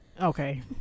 okay